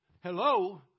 Hello